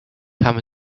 come